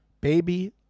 baby